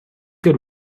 good